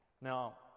Now